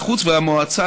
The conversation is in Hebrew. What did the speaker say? המועצה הלאומית